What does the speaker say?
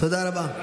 תודה רבה.